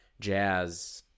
Jazz